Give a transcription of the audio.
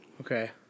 Okay